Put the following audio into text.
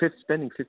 spending